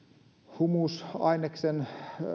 humusaineksen